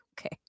Okay